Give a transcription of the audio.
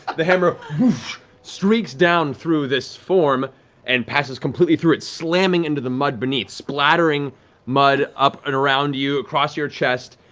the hammer streaks down through this form and passes completely through it, slamming into the mud beneath, splattering mud up and around you, across your chest,